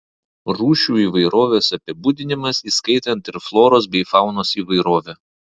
rūšių įvairovės apibūdinimas įskaitant ir floros bei faunos įvairovę